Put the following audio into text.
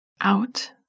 Out